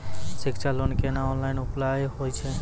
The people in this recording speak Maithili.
शिक्षा लोन केना ऑनलाइन अप्लाय होय छै?